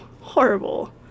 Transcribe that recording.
horrible